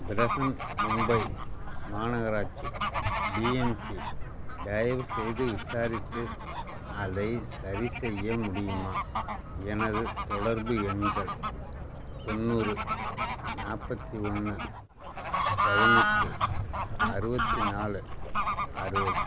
பிரஹன் மும்பை மாநகராட்சி பிஎம்சி தயவுசெய்து விசாரித்து அதை சரிசெய்ய முடியுமா எனது தொடர்பு எண்கள் தொண்ணூறு நாற்பத்தி ஒன்று பதினெட்டு அறுபத்தி நாலு அறுபது